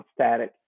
static